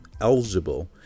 eligible